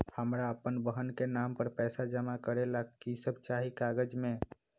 हमरा अपन बहन के नाम पर पैसा जमा करे ला कि सब चाहि कागज मे?